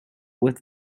with